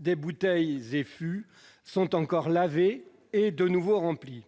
des bouteilles et fûts sont toujours lavés avant d'être de nouveau remplis.